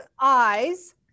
eyes